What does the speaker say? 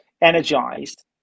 energized